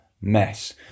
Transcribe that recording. mess